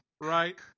Right